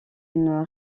une